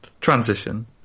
Transition